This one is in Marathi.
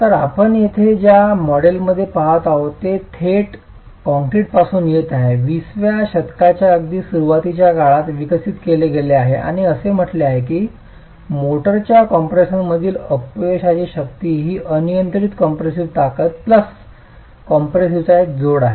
तर आपण येथे ज्या मॉडेलकडे पहात आहोत ते थेट कॉंक्रिटपासून येत आहे 20 व्या शतकाच्या अगदी सुरुवातीच्या काळात विकसित केले गेले आणि हे असे आहे की मोर्टारच्या कॉम्प्रेशनमधील अपयशाची शक्ती ही अनियंत्रित कॉम्प्रेसिव्ह ताकद प्लस कॉम्पॅरेसिव्हचा एक जोड आहे